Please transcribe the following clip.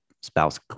spouse